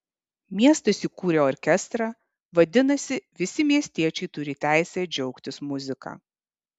miestas įkūrė orkestrą vadinasi visi miestiečiai turi teisę džiaugtis muzika